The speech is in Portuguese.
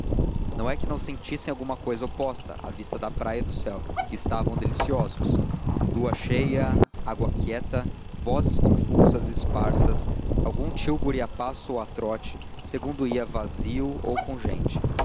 não é que não sentissem alguma cousa oposta à vista da praia e do céu que estavam deliciosos lua cheia água quieta vozes confusas e esparsas algum tilbury a passo ou a trote segundo ia vazio ou com gente